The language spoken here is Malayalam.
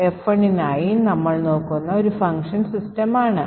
ഇത് ഒരു സ്ട്രിംഗ് input നൽകാൻ അത് ഉപയോക്താവിനോട് ആവശ്യപ്പെടും